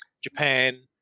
Japan